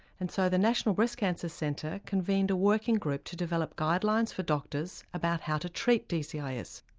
and so the national breast cancer centre convened a working group to develop guidelines for doctors about how to treat dcis.